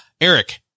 Eric